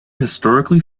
historically